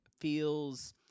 feels